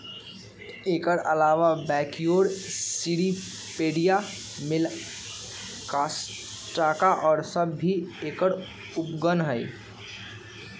एकर अलावा Brachyura, Cirripedia, Malacostraca और सब भी एकर उपगण हई